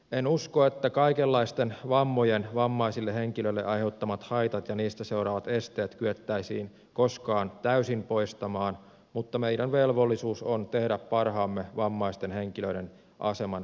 en usko että kaikenlaisten vammojen vammaisille henkilöille aiheuttamat haitat ja niistä seuraavat esteet kyettäisiin koskaan täysin poistamaan mutta meidän velvollisuutemme on tehdä parhaamme vammaisten henkilöiden aseman parantamiseksi